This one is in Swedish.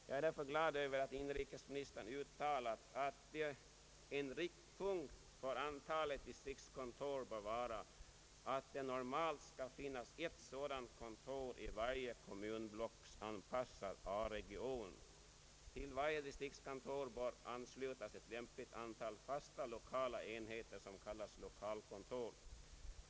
Jag är därför glad över att inrikesministern förklarat att en riktpunkt för antalet distriktskontor bör vara att det normalt skall finnas ett sådant kontor i varje kommunblocksanpassad A-region. Till varje distriktskontor bör anslutas ett lämpligt antal fasta lokala enheter som kallas lokalkontor.